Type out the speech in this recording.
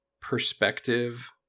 perspective